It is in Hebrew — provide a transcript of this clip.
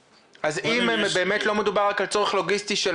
אז אם באמת לא מדובר רק על צורך לוגיסטי של